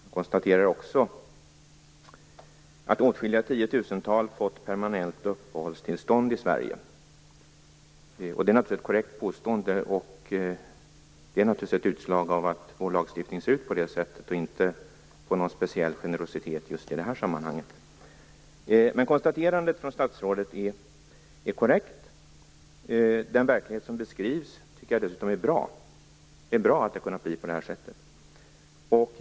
Jag konstaterar också att åtskilliga tiotusental fått permanent uppehållstillstånd i Sverige. Det är ett korrekt påstående, och det är naturligtvis ett utslag av att vår lagstiftning ser ut på det sätt den gör och inte av någon speciell generositet i just det här sammanhanget. Men statsrådets konstaterande är korrekt. Den verklighet som beskrivs tycker jag dessutom är bra. Det är bra att det har kunnat bli på det här sättet.